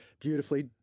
beautifully